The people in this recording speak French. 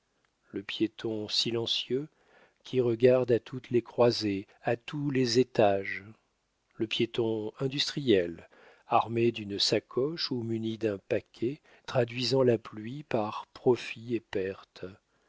le piéton silencieux qui regarde à toutes les croisées à tous les étages le piéton industriel armé d'une sacoche ou muni d'un paquet traduisant la pluie par profits et pertes